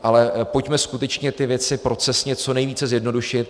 Ale pojďme skutečně ty věci procesně co nejvíce zjednodušit.